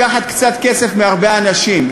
לקחת קצת כסף מהרבה אנשים.